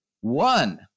One